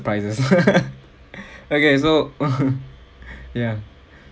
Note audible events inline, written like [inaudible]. prizes [laughs] okay so [laughs] ya